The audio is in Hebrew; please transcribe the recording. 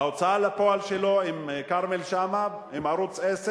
ההוצאה לפועל שלו עם כרמל שאמה, עם ערוץ-10,